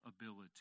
ability